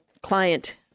client